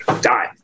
die